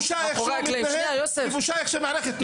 זה בושה, בושה איך שהוא מתנהל ובושה איך שהמערכת.